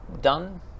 done